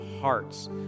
hearts